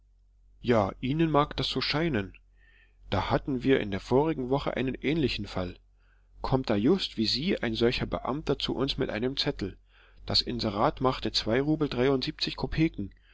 ja ihnen mag das so scheinen da hatten wir in der vorigen woche einen ähnlichen fall kommt da just wie sie ein solcher beamter zu uns mit einem zettel das inserat machte zwei rubel dreiundsiebzig kopeken